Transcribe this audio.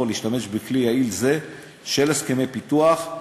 להשתמש בכלי יעיל זה של הסכמי פיתוח,